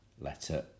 Letter